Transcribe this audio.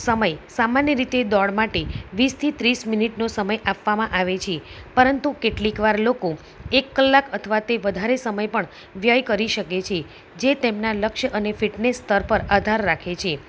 સમય સામાન્ય રીતે દોડ માટે વીસ થી ત્રીસ મિનિટનો સમય આપવામાં આવે છે પરંતુ કેટલીક વાર લોકો એક કલાક અથવા તે વધારે સમય પણ વ્યય કરી શકે છે જે તેમનાં લક્ષ્ય અને ફિટને સ્તર પર આધાર રાખે છે